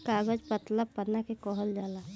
कागज पतला पन्ना के कहल जाला